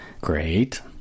Great